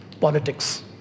politics